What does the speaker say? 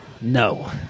No